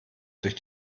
durch